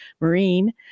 Marine